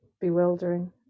bewildering